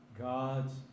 God's